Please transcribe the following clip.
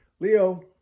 Leo